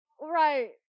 Right